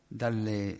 dalle